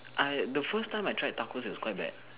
I the first time I tried tacos was quite bad